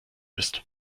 ist